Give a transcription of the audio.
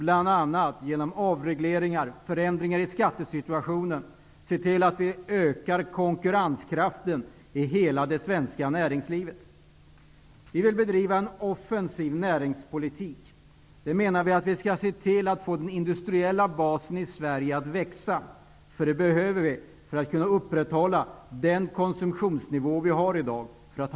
Genom avregleringar och förändringar i skattesituationen skall vi se till att öka konkurrenskraften i hela det svenska näringslivet. Vi vill bedriva en offensiv näringspolitik. Vi skall se till att få den industriella basen i Sverige att växa. Det behövs för att ha råd att upprätthålla den konsumtionsnivå vi i dag har.